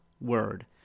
word